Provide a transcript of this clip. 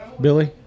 Billy